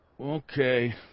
Okay